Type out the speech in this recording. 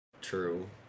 True